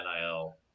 NIL